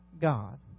God